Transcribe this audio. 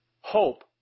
hope